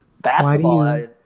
Basketball